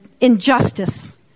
injustice